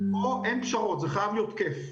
פה אין פשרות זה חייב להיות כיף.